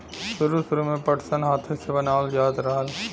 सुरु सुरु में पटसन हाथे से बनावल जात रहल